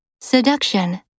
Seduction